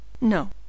No